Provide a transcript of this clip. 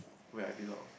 where I belong